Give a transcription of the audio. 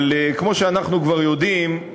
אבל כמו שאנחנו כבר יודעים,